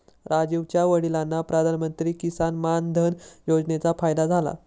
राजीवच्या वडिलांना प्रधानमंत्री किसान मान धन योजनेचा फायदा झाला